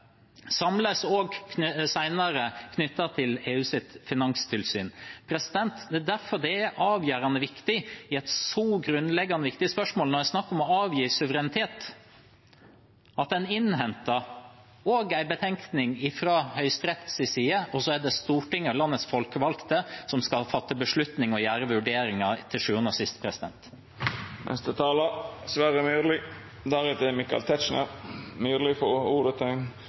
derfor det er avgjørende viktig i et så grunnleggende viktig spørsmål, når det er snakk om å avgi suverenitet, at en innhenter også en betenkning fra Høyesteretts side. Så er det Stortinget og landets folkevalgte som til sjuende og sist skal fatte beslutninger og gjøre vurderinger. Representanten Sverre Myrli har hatt ordet to gonger tidlegare og får ordet til ein kort merknad, avgrensa til 1 minutt. Jeg må bare si til